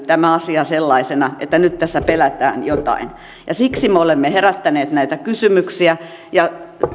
tämä asia näyttäytyy sellaisena että nyt tässä pelätään jotain siksi me olemme herättäneet näitä kysymyksiä ja